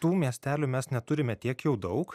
tų miestelių mes neturime tiek jau daug